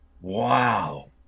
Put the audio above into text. Wow